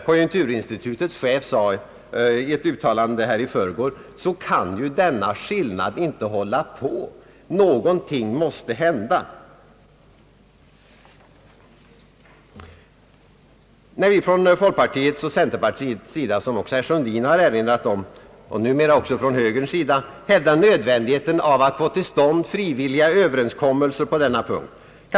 Konjunkturinstitutets chef sade i ett uttalande i förrgår att någonting måste hända i detta avseende och att utvecklingen inte får fortsätta. Från folkpartiets och centerpartiets sida samt nu också från högerns sida hävdar vi nödvändigheten av att få till stånd frivilliga överenskommelser på denna punkt.